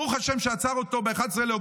ברוך השם שעצר אותו ב-11 באוקטובר.